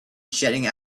jetting